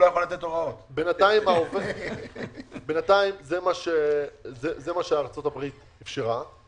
בינתיים זה מה שארצות הברית אפשרה,